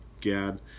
Gad